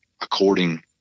according